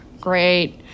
Great